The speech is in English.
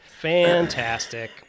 Fantastic